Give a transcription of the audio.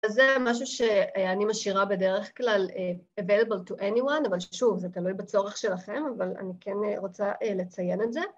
‫אז זה משהו שאני משאירה ‫בדרך כלל available to anyone, ‫אבל שוב, זה תלוי בצורך שלכם. ‫אבל אני כן רוצה לציין את זה.